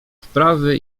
wprawy